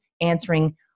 answering